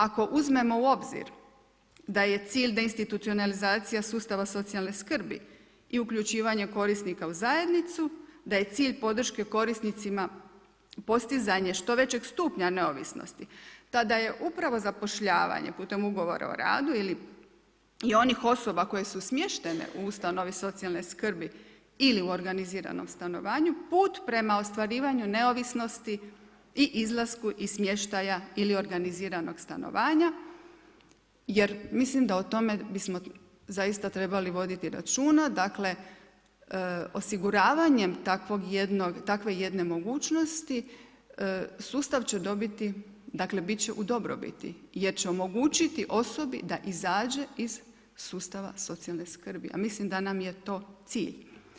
Ako uzmemo u obzir da je cilj deinstitucionalizacija sustava socijalne skrbi i uključivanje korisnika u zajednicu, da je cilj podrške korisnicima postizanje što većeg stupnja neovisnosti tada je upravo zapošljavanje putem Ugovora o radu ili i onih osoba koje su smještene u ustanovi socijalne skrbi ili u organiziranom stanovanju put prema ostvarivanju neovisnosti i izlasku i smještaja ili organiziranog stanovanja jer mislim da o tome bismo zaista trebali voditi računa dakle osiguravanjem takve jedne mogućnosti sustav će dobiti, dakle biti će u dobrobiti jer će omogućiti osobi da izađe iz sustava socijalne skrbi a mislim da nam je to cilj.